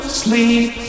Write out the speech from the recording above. sleep